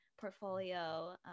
portfolio